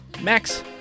Max